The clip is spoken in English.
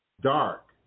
dark